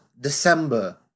December